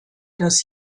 dass